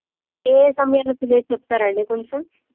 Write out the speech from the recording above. ఏ యే సమయానికుందో చెప్తారా అండి కొంచెం